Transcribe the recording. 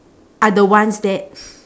are the ones that